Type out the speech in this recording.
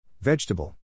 vegetable